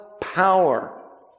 power